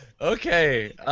Okay